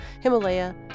Himalaya